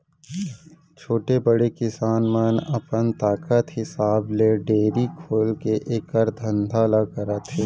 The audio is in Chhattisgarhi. छोटे, बड़े किसान मन अपन ताकत हिसाब ले डेयरी खोलके एकर धंधा ल करत हें